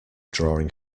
drawing